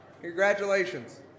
Congratulations